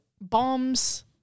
bombs